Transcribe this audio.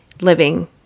living